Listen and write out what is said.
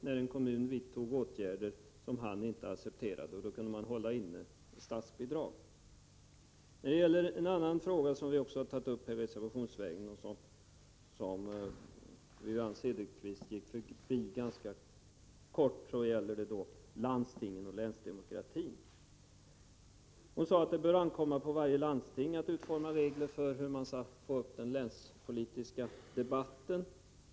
När en kommun vidtog åtgärder som han inte accepterade, kunde regeringen hålla inne med statsbidraget. En annan fråga som vi också har tagit upp i en reservation gäller landstingen och länsdemokratin. Wivi-Anne Cederqvist behandlade den saken ganska kortfattat. Hon sade att det bör ankomma på varje landsting att utforma regler för hur man skall stimulera den länspolitiska debatten.